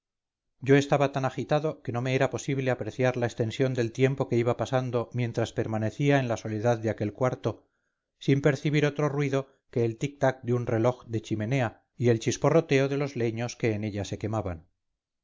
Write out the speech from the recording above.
yo estaba tan agitado que no me era posible apreciar la extensión del tiempo que iba pasando mientras permanecía en la soledad de aquel cuarto sin percibir otro ruido que el tic-tac de un reloj dechimenea y el chisporroteo de los leños que en ella se quemaban